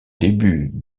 début